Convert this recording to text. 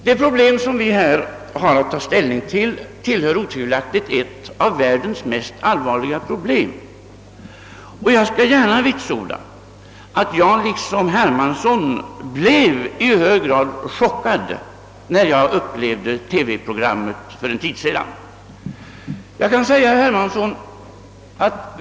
De problem vi här har att ta ställning till tillhör otvivelaktigt världens mest allvarliga problem. Jag skall gärna vitsorda att jag liksom herr Hermansson blev i hög grad chockad när jag upplevde TV-programmet för en tid sedan.